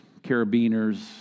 carabiners